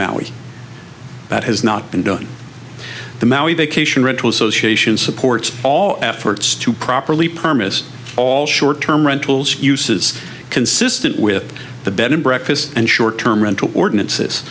maui that has not been done the maui vacation rental association supports all efforts to properly permit all short term rentals uses consistent with the bed and breakfast and short term rental ordinances